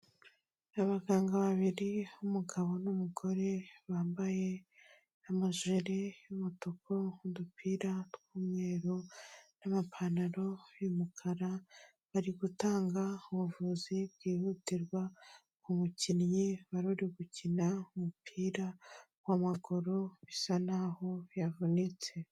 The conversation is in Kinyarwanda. Abaganga babiri umugabo n'umugore bambaye amajiri y'umutuku n'udupira tw'umweru n'amapantaro y'umukara, bari gutanga ubuvuzi bwihutirwa ku mukinnyi wari uri gukina umupira w'amaguru bisa naho yavunitse.